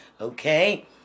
Okay